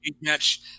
Match